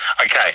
okay